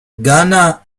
ghana